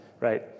right